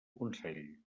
consell